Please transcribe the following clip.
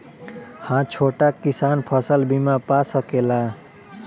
हा छोटा किसान फसल बीमा पा सकेला?